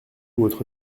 votre